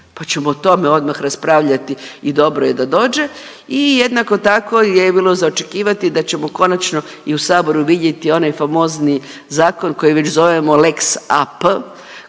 pa ćemo o tome odmah raspravljati i dobro je da dođe i jednako tako je bilo za očekivati da ćemo konačno i u saboru vidjeti onaj famozni zakon koji već zovemo „Lex AP“,